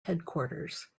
headquarters